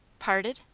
parted?